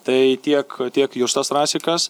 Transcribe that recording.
tai tiek tiek justas rasikas